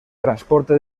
transporte